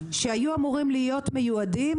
שהיו אמורים להיות מיועדים